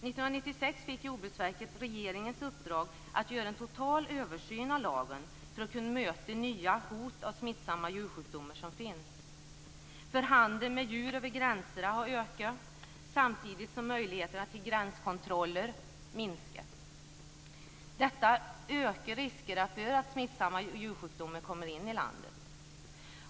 1996 fick Jordbruksverket regeringens uppdrag att göra en total översyn av lagen för att kunna möta de nya hot av smittsamma djursjukdomar som finns. Handeln med djur över gränserna har ökat samtidigt som möjligheterna till gränskontroller minskat. Detta ökar riskerna för att smittsamma djursjukdomar kommer in i landet.